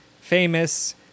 famous